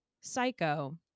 Psycho